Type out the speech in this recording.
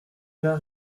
gars